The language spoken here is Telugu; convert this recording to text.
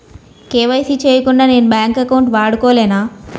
కే.వై.సీ చేయకుండా నేను బ్యాంక్ అకౌంట్ వాడుకొలేన?